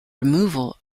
removal